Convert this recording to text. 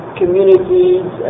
communities